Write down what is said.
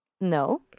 No